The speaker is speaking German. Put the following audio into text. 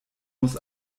muss